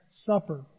Supper